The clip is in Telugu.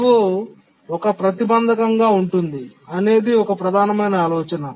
IO ఒక ప్రతిబంధకం గా ఉంటుంది అనేది ఒక ప్రధానమైన ఆలోచన